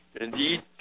indeed